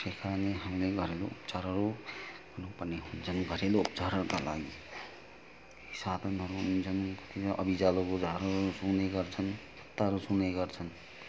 हाम्रै घरेलु उपचारहरू पनि हुन्छन् घरेलु उपचारहरूका लागि साधनहरू हुन्छन्